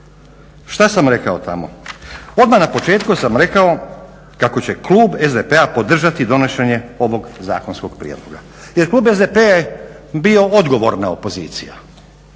Što sam rekao tamo? Odmah na početku sam rekao kako će klub SDP-a podržati donošenje ovog zakonskog prijedloga. Jer klub SDP-a je bio odgovorna opozicija